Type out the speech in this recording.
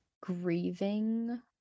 grieving